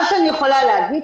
מה שאני יכולה להגיד,